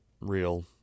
real